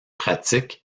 pratiques